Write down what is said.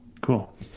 Cool